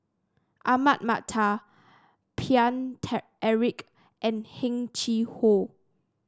Ahmad Mattar Paine Eric and Heng Chee How